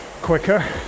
quicker